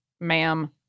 ma'am